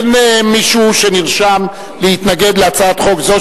אין מישהו שנרשם להתנגד להצעת חוק זו,